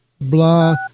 blah